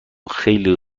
خیلی